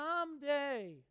Someday